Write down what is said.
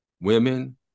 women